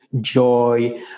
joy